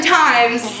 times